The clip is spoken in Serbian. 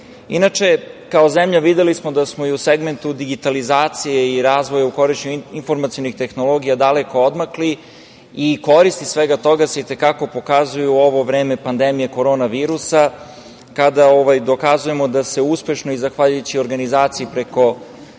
2025".Inače, kao zemlja videli smo da smo i u segmentu digitalizacije i razvoja u korišćenju informacionih tehnologija daleko odmakli i koristi svega toga se i te kako pokazuju u ovo vreme pandemije virusa korona, kada dokazujemo da se uspešno i zahvaljujući organizaciji preko